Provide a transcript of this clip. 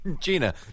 Gina